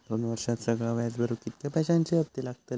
दोन वर्षात सगळा व्याज भरुक कितक्या पैश्यांचे हप्ते लागतले?